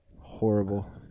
Horrible